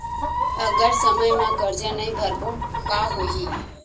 अगर समय मा कर्जा नहीं भरबों का होई?